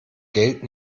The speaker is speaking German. geld